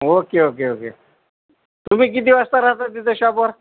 okay okay okay तुम्ही किती वाजता राहता तिथे शॉपवर